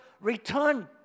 return